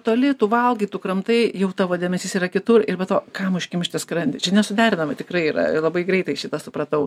toli tu valgai tu kramtai jau tavo dėmesys yra kitur ir be to kam užkimšti skrandį čia nesuderinami tikrai yra labai greitai šitą supratau